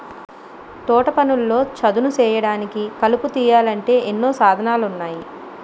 తోటపనుల్లో చదును సేయడానికి, కలుపు తీయాలంటే ఎన్నో సాధనాలున్నాయి